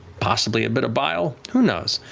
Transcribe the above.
possibly a bit of bile, who knows?